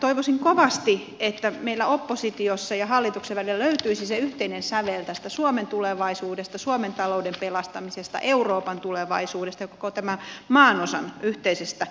toivoisin kovasti että meillä opposition ja hallituksen välillä löytyisi se yhteinen sävel tästä suomen tulevaisuudesta suomen talouden pelastamisesta euroopan tulevaisuudesta ja koko tämän maanosan yhteisestä